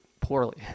poorly